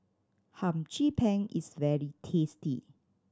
Hum Chim Peng is very tasty